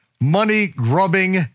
money-grubbing